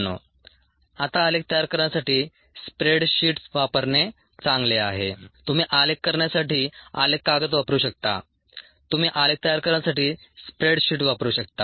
93 आता आलेख तयार करण्यासाठी स्प्रेड शीट वापरणे चांगले आहे तुम्ही आलेख करण्यासाठी आलेख कागद वापरू शकता तुम्ही आलेख तयार करण्यासाठी स्प्रेड शीट वापरू शकता